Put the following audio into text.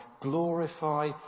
glorify